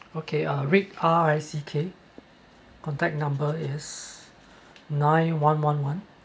okay uh rick R I C K contact number is nine one one one